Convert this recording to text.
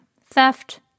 Theft